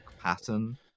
pattern